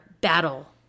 battle